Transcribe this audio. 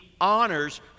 honors